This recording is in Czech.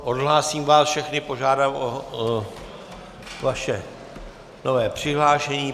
Odhlásím vás všechny a požádám o vaše nové přihlášení.